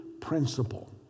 principle